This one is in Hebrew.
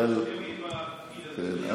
למה אתה מקלקל?